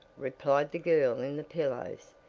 replied the girl in the pillows.